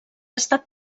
estat